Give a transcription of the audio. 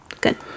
Good